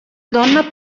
donna